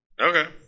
Okay